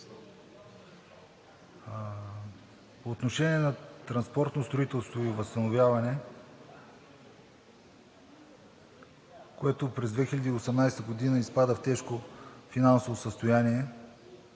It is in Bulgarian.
По отношение на транспортно строителство и възстановяване, което през 2018 г. изпада в тежко финансово състояние,